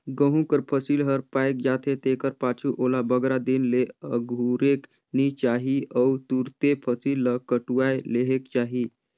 गहूँ कर फसिल हर पाएक जाथे तेकर पाछू ओला बगरा दिन ले अगुरेक नी चाही अउ तुरते फसिल ल कटुवाए लेहेक चाही